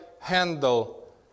handle